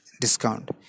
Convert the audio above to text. discount